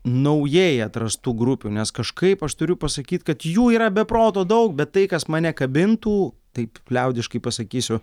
naujai atrastų grupių nes kažkaip aš turiu pasakyt kad jų yra be proto daug bet tai kas mane kabintų taip liaudiškai pasakysiu